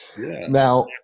Now